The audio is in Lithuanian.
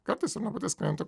kartais ir nuo paties kliento